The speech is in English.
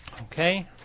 Okay